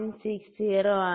60 ആണ്